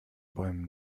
bäumen